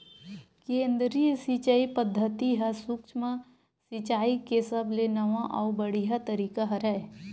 केदरीय सिचई पद्यति ह सुक्ष्म सिचाई के सबले नवा अउ बड़िहा तरीका हरय